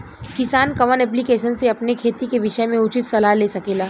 किसान कवन ऐप्लिकेशन से अपने खेती के विषय मे उचित सलाह ले सकेला?